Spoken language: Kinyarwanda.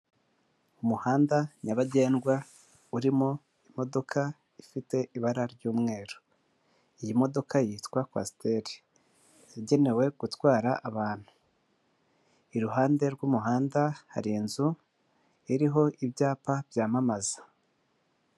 Umuhanda nyabagendwa urimo imodoka ifite ibara ry'umweru iyi modoka yitwa kwasiteri yagenewe gutwara abantu iruhande rw'umuhanda hari inzu iriho ibyapa byamamaza.